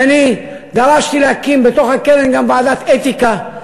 כי אני דרשתי להקים בתוך הקרן גם ועדת אתיקה.